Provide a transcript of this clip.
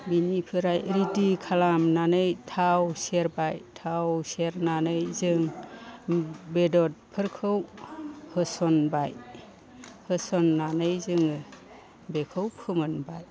बिनिफ्राय रेडि खालामनानै थाव सेरबाय थाव सेरनानै जों बेदरफोरखौ होसनबाय होसननानै जोङो बेखौ फोमोनबाय